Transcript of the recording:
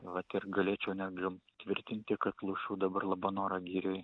vat ir galėčiau net gi tvirtinti kad lušų dabar labanoro girioj